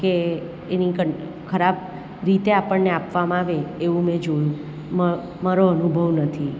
કે એની ગં ખરાબ રીતે આપણને આપવામાં આવે એવું મેં જોયું મ મારો અનુભવ નથી